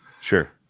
Sure